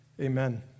Amen